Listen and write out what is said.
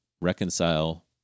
reconcile